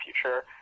future